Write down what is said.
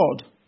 God